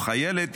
או חיילת,